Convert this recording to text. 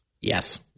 Yes